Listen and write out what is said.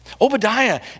Obadiah